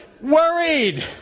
worried